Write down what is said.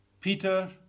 Peter